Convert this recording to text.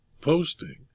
posting